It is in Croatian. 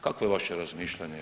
Kakvo je vaše razmišljanje o